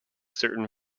certain